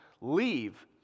leave